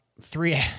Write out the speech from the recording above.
three